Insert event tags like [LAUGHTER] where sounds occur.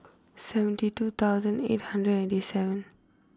[NOISE] seventy two thousand eight hundred eighty seven